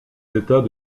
états